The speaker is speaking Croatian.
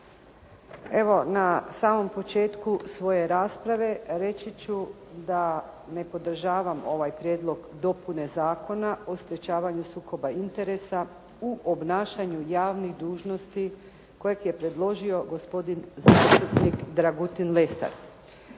Evo, na samom početku svoje rasprave reći ću da ne podržavam ovaj Prijedlog dopune zakona o sprječavanju sukoba interesa u obnašanju javnih dužnosti kojeg je predložio gospodin zastupnik Dragutin Lesar.